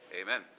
amen